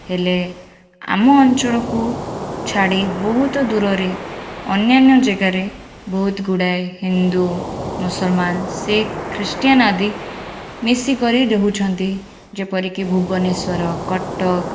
ହେଲେ ଆମ ଅଞ୍ଚଳକୁ ଛାଡ଼ି ବହୁତ ଦୂରରେ ଅନ୍ୟାନ୍ୟ ଜାଗାରେ ବହୁତ ଗୁଡ଼ାଏ ହିନ୍ଦୁ ମୁସଲମାନ ଶିଖ ଖ୍ରୀଷ୍ଟିୟାନ ଆଦି ମିଶିକରି ରହୁଛନ୍ତି ଯେପରି କି ଭୁବନେଶ୍ୱର କଟକ